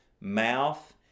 Mouth